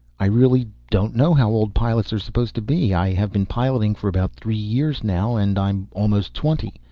i really don't know how old pilots are supposed to be. i have been piloting for about three years now and i'm almost twenty.